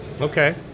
Okay